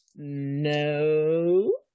No